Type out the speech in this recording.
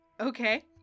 Okay